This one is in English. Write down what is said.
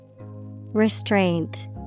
Restraint